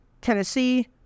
Tennessee